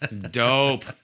Dope